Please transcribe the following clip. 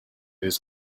his